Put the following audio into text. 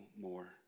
more